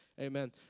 Amen